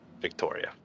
victoria